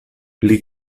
pli